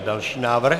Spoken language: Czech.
Další návrh.